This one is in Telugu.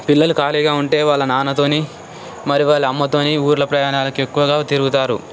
పిల్లలు ఖాళీగా ఉంటే వాళ్ళ నాన్నతో మరియు వాళ్ళ అమ్మతో ఊళ్ళో ప్రయాణానికి ఎక్కువగా తిరుగుతారు